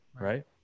Right